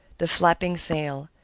the flapping sail.